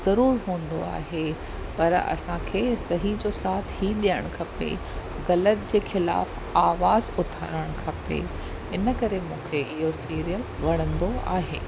ज़रूरु हूंदो आहे पर असांखे सही जो साथ ई ॾियणु खपे ग़लति जे ख़िलाफ आवाज़ु उथारणु खपे इन करे मूंखे इहो सीरियल वणंदो आहे